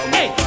Hey